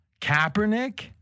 Kaepernick